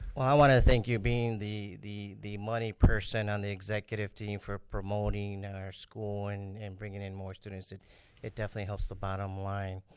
well i wanna thank you being the the money person on the executive team for promoting and our school and and bringing in more students. it it definitely helps the bottom line.